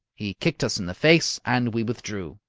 he kicked us in the face, and we withdrew.